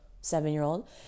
seven-year-old